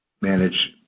Manage